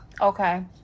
Okay